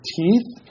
teeth